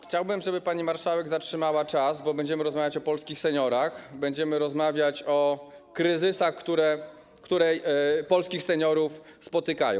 Chciałbym, żeby pani marszałek zatrzymała czas, bo będziemy rozmawiać o polskich seniorach, będziemy rozmawiać o kryzysach, które polskich seniorów dotykają.